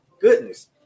goodness